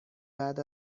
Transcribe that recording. بعد